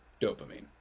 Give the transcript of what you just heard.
dopamine